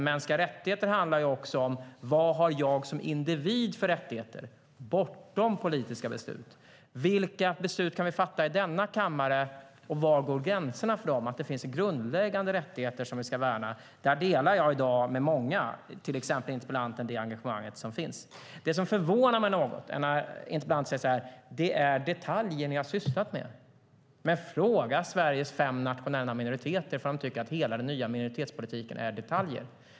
Mänskliga rättigheter handlar också om: Vad har jag som individ för rättigheter bortom politiska beslut? Vilka beslut kan vi fatta i denna kammare? Och var går gränserna för dem? Det finns grundläggande rättigheter som vi ska värna. Där delar jag det engagemang som finns hos många, till exempel interpellanten. Det som förvånar mig något är att interpellanten säger så här: Det är detaljer ni har sysslat med. Fråga Sveriges fem nationella minoriteter ifall de tycker att hela den nya minoritetspolitiken är detaljer!